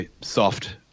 soft